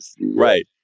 right